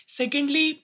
secondly